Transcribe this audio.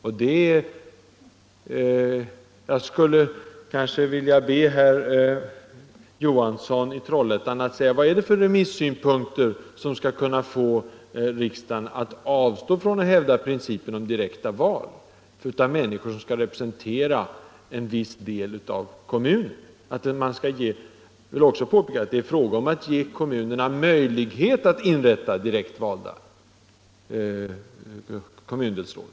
Jag skulle vilja be herr Johansson i Trollhättan att förklara vad det är för remissynpunkter som skall kunna få riksdagen att avstå från att hävda principen om direkta val av människor som skall representera en viss del av kommunen. Jag vill också påpeka att det är fråga om att ge kommunerna möjlighet att inrätta direktvalda kommundelsråd.